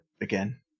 again